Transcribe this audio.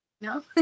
No